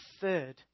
third